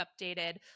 updated